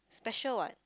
special what